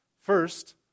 First